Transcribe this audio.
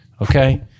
okay